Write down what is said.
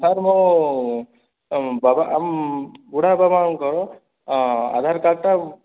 sir ମୁଁ ବାବା ବୁଢ଼ା ବାବା ମାଁଙ୍କର ଆଧାର କାର୍ଡ଼ଟା